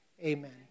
Amen